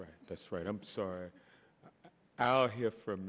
right that's right i'm sorry out here from